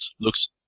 looks